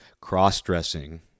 cross-dressing